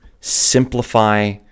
simplify